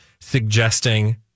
suggesting